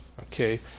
Okay